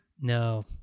No